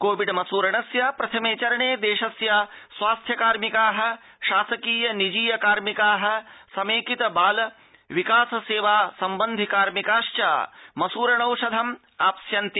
Covid मसूरणस्य प्रथमे चरणे देशस्य स्वास्थ्य कार्मिकाः शासकीय निजीय कार्मिकाः समेकित बाल विकास सेवा सम्बन्धित कार्मिकाश्च मसूरणौषधमाप्स्यन्ति